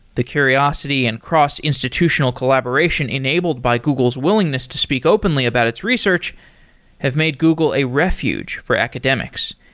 the curiosity and cross-institutional collaboration enabled by google's willingness to speak openly about its research have made google a refuge for academics,